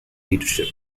leadership